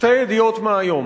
שתי ידיעות מהיום,